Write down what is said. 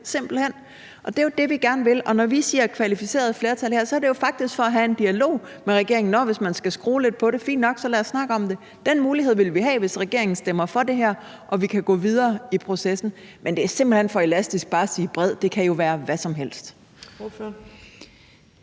Det er jo det, vi gerne vil. Og når vi siger kvalificeret flertal her, er det jo faktisk for at have en dialog med regeringen – nå, hvis man skal skrue lidt på det, fint nok, så lad os snakke om det. Den mulighed ville vi have, hvis regeringen stemmer for det her, så vi kan gå videre i processen. Men det er simpelt hen for elastisk bare at sige bred, for det kan jo være hvad som helst.